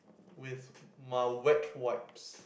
with mild wet wipes